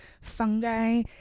fungi